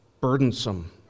burdensome